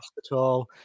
hospital